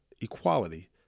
equality